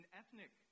ethnic